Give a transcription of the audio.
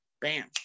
Bam